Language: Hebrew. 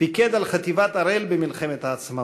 פיקד על חטיבת הראל במלחמת העצמאות,